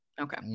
okay